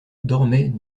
dormaient